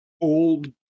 old